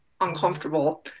uncomfortable